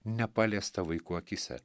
nepaliestą vaikų akyse